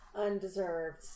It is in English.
undeserved